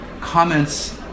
comments